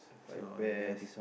five pears